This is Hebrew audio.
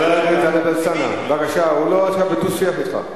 חבר הכנסת אלסאנע, הוא לא בדו-שיח אתך עכשיו.